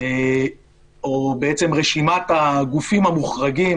או רשימת הגופים המוחרגים,